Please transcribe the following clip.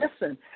listen